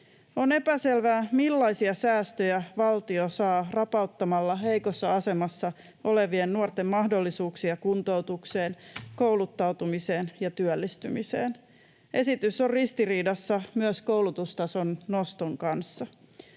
On epäselvää, millaisia säästöjä valtio saa rapauttamalla heikossa asemassa olevien nuorten mahdollisuuksia kuntoutukseen, kouluttautumiseen ja työllistymiseen. Esitys on ristiriidassa myös koulutustason noston kanssa.